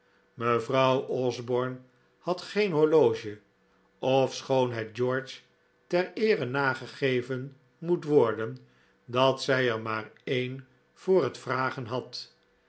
mevrouw osborne had geen horloge ofschoon het george ter eere nagegeven moet worden dat zij er maar een voor het vragen had